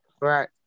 Right